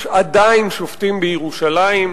יש עדיין שופטים בירושלים,